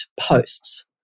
posts